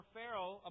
Pharaoh